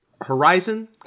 horizon